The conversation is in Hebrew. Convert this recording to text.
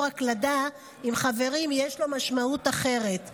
הקלדה עם חברים יש לו משמעות אחרת ומרגשת.